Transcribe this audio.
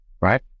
right